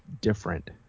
different